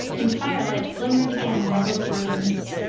and firelight glimmered again in the little rooms.